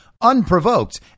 unprovoked